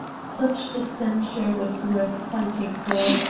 such a ceinture was worth fighting for,